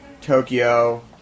Tokyo